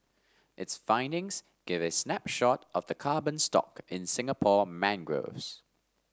its findings give a snapshot of the carbon stock in Singapore mangroves